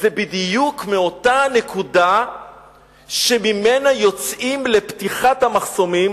זה בדיוק מאותה נקודה שממנה יוצאים לפתיחת המחסומים,